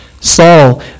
Saul